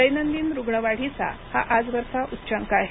दैनंदिन रुग्णवाढीचा हा आजवरचा उच्चांक आहे